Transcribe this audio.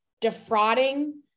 defrauding